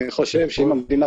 ברור שמבחינת